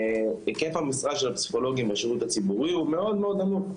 היקף המשרה של הפסיכולוגים בשירות הציבורי הוא מאוד-מאוד נמוך,